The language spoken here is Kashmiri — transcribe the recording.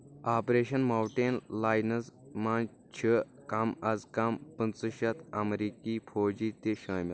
آپریشن ماوُنٹین لاینس منٛز چھِ کم از کم پٕنٛژٕہ شٮ۪تھ امریٖکی فوٗجی تہِ شٲمِل